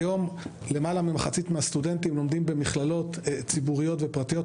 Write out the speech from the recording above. היום למעלה ממחצית הסטודנטים לומדים במכללות ציבוריות ופרטיות.